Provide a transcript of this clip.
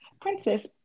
princess